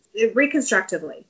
reconstructively